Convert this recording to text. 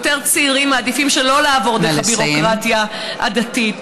יותר צעירים מעדיפים שלא לעבור דרך הביורוקרטיה הדתית.